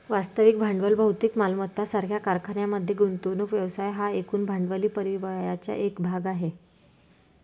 वास्तविक भांडवल भौतिक मालमत्ता सारख्या कारखान्यांमध्ये गुंतवणूक व्यवसाय हा एकूण भांडवली परिव्ययाचा एक भाग आहे